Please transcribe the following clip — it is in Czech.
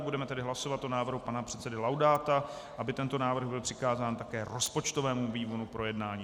Budeme tedy hlasovat o návrhu pana předsedy Laudáta, aby tento návrh byl přikázán také rozpočtovému výboru k projednání.